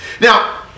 Now